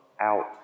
out